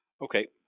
Okay